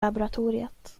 laboratoriet